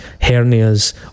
hernias